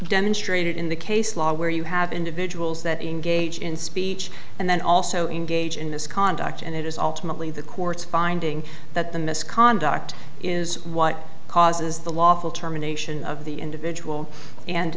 demonstrated in the case law where you have individuals that engage in speech and then also engage in this conduct and it is alternately the court's finding that the misconduct is what causes the lawful terminations of the individual and